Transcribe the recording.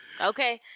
okay